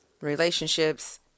relationships